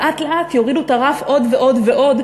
לאט-לאט יורידו את הרף עוד ועוד ועוד,